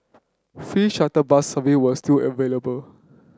free shuttle bus service were still available